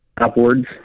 upwards